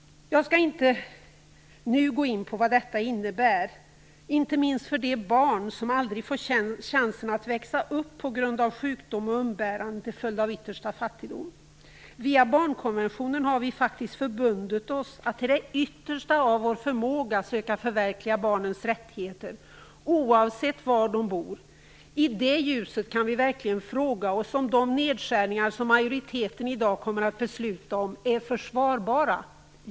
Jag skall inte nu gå in på vad detta innebär, inte minst för de barn som aldrig får en chans att växa upp på grund av sjukdom och umbäranden till följd av yttersta fattigdom. Via barnkonventionen har vi faktiskt förbundit oss att till det yttersta av vår förmåga söka förverkliga barnens rättigheter, oavsett var de bor. I det ljuset kan vi verkligen fråga oss om de nedskärningar som majoriteten i dag kommer att besluta om är försvarbara.